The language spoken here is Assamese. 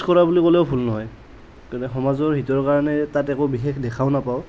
পলিচ কৰা বুলি ক'লে ভুল নহয় সমাজৰ হিতৰ কাৰণে তাত একু বিশেষ দেখাও নাপাওঁ